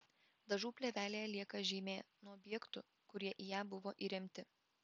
dažų plėvelėje lieka žymė nuo objektų kurie į ją buvo įremti